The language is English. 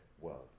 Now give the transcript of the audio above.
world